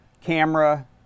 camera